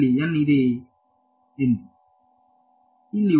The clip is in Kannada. ಇಲ್ಲಿ ಒಂದು ಇದೆ ಮತ್ತು ಇಲ್ಲಿ ಇದೆ